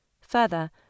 Further